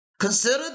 Consider